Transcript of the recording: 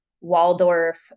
Waldorf